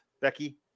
Becky